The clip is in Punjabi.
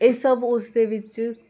ਇਹ ਸਭ ਉਸ ਦੇ ਵਿੱਚ